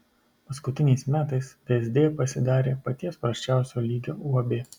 paskutiniais metais vsd pasidarė paties prasčiausio lygio uab